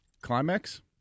climax